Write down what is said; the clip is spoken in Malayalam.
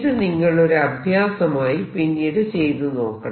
ഇത് നിങ്ങൾ ഒരു അഭ്യാസമായി പിന്നീട് ചെയ്തു നോക്കണം